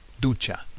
ducha